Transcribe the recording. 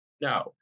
No